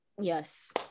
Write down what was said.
Yes